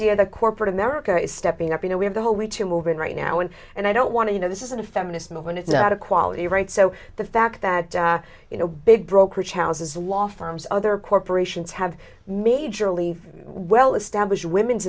love the corporate america is stepping up you know we have the whole way to move in right now and and i don't want to you know this isn't a feminist movement it's not a quality right so the fact that you know big brokerage houses law firms other corporations have majorly well established women's